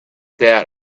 that